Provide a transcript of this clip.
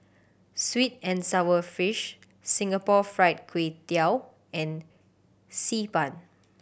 sweet and sour fish Singapore Fried Kway Tiao and Xi Ban